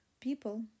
people